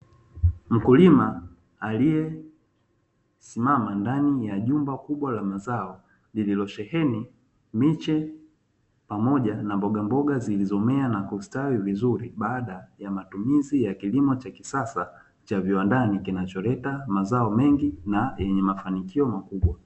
Mkulima aliyesimama ndani ya jumba kubwa la mazao lililosheheni miche pamoja na mbogamboga zilizomea na kustawi vizuri, baada ya matumizi ya kilimo cha kisasa cha viwandani kinacholeta mazao mengi na yenye mafanikio makubwa.